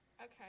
Okay